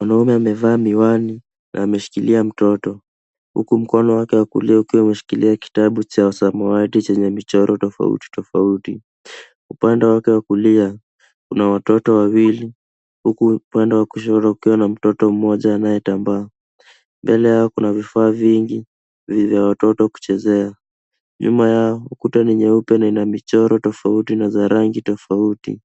Mwanaume amevaa miwani na ameshikilia mtoto huku mkono wake wa kulia ukiwa umeshikilia kitabu cha samawati chenye michoro tofauti tofauti. Upande wake wa kulia kuna watoto wawili huku upande wa kushoto kuna mtoto mmoja anayetambaa. Mbele yao kuna vifaa vingi vya watoto kuchezea. Nyuma yao ukuta ni nyeupe na ina michoro tofauti na rangi tofauti,